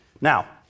Now